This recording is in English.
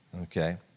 Okay